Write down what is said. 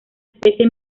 especie